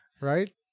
Right